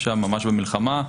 ממש במלחמה,